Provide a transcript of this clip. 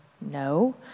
no